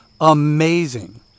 amazing